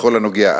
בכל הנוגע,